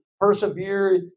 persevere